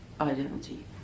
identity